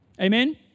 Amen